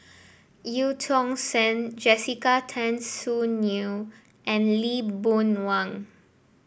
Eu Tong Sen Jessica Tan Soon Neo and Lee Boon Wang